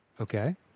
Okay